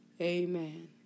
Amen